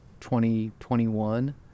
2021